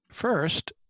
First